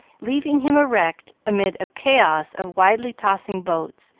leaving him erect amid a chaos of wildly tossing boots,